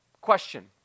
Question